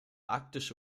arktische